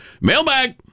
Mailbag